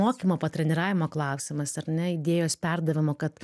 mokymo patreniravimo klausimas ar ne idėjos perdavimo kad